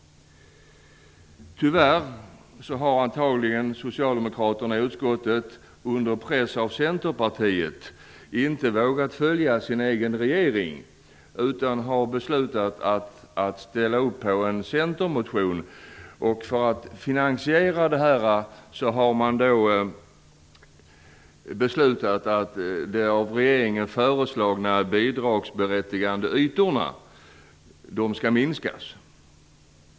Tyvärr har socialdemokraterna i utskottet, antagligen under press av Centerpartiet, inte vågat följa sin egen regering i den här frågan utan har beslutat att ställa upp bakom en centermotion. För att finansiera det här vill man att de av regeringen föreslagna bidragsberättigade ytorna skall minskas.